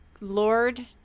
lord